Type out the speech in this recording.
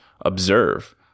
observe